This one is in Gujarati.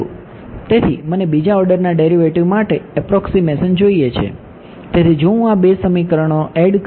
તેથી મને બીજા ઓર્ડરના ડેરિવેટવ માટે એપ્રોક્સીમેશન જોઈએ છે તેથી જો હું આ બે સમીકરણો એડ કરું